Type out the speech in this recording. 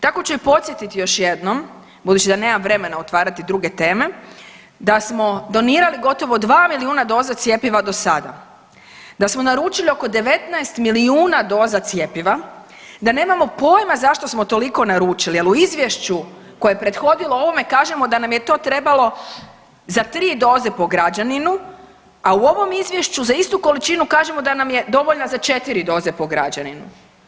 Tako ću podsjetiti još jednom budući da nemam vremena otvarati druge teme, da smo donirali gotovo dva milijuna doza cjepiva do sada, da smo naručili oko 19 milijuna doza cjepiva, da nemamo pojma zašto smo toliko naručili jer u izvješću koje je prethodilo ovome kažemo da nam je to trebalo za tri doze po građaninu, a u ovom izvješću za istu količinu kažemo da nam je dovoljna za četiri doze po građaninu.